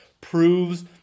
proves